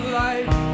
life